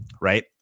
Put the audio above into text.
right